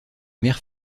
mère